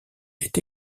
est